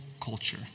culture